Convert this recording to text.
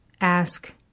ask